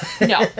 No